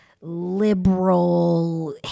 liberal